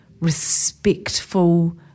respectful